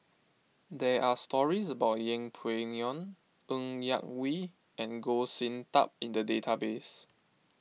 there are stories about Yeng Pway Ngon Ng Yak Whee and Goh Sin Tub in the database